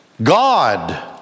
God